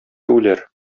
үләр